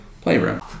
Playroom